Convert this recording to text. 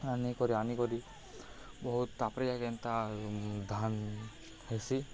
ଆନିକରି ଆନିକରି ବହୁତ ତା'ପରେ ଯାକେ ଏନ୍ତା ଧାନ୍ ହେସି